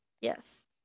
Yes